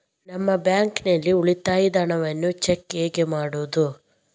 ನಮ್ಮ ಬ್ಯಾಂಕ್ ನಲ್ಲಿ ಉಳಿತಾಯದ ಹಣವನ್ನು ಚೆಕ್ ಹೇಗೆ ಮಾಡುವುದು?